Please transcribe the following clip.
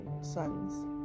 sons